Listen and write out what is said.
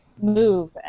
move